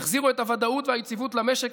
יחזירו את הוודאות והיציבות למשק